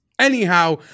Anyhow